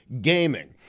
gaming